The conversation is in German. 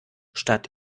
statt